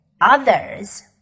others